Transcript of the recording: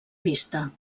vista